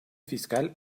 fiscal